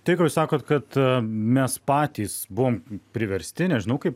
tai ką jūs sakot kad mes patys buvom priversti nežinau kaip